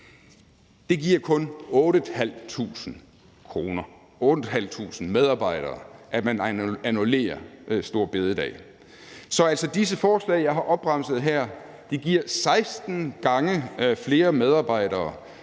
Det giver kun 8.500 medarbejdere, at man annullerer store bededag. Så disse forslag, jeg har opremset her, giver 16 gange flere medarbejdere